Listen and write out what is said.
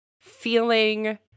feeling